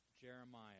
Jeremiah